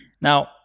Now